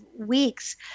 weeks